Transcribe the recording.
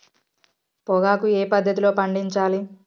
పొగాకు ఏ పద్ధతిలో పండించాలి?